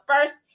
first